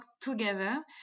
together